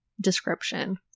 description